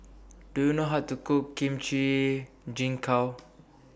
Do YOU know How to Cook Kimchi Jjigae